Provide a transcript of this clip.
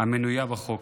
המנויה בחוק.